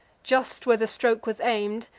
just where the stroke was aim'd,